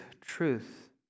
truth